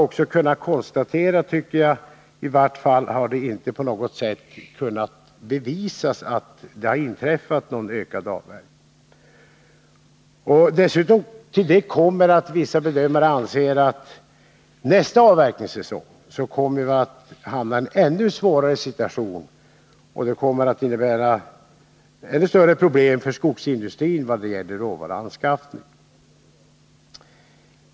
I vart fall har det inte kunnat bevisas att avverkningen ökat. Till det kommer att vissa bedömare anser att skogsindustrin under nästa avverkningssäsong kommer att hamna i en ännu svårare situation med ännu större problem vad gäller råvaruanskaffningen.